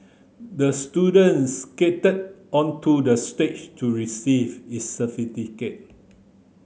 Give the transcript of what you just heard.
the student skated onto the stage to receive its certificate